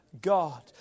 God